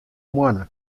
moanne